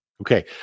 Okay